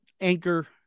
Anchor